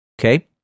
okay